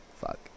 Fuck